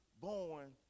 born